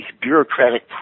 bureaucratic